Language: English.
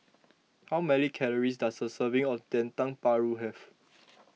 how many calories does a serving of Dendeng Paru have